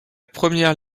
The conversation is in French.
première